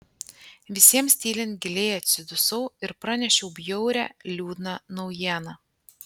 visiems tylint giliai atsidusau ir pranešiau bjaurią liūdną naujieną